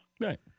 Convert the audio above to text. Right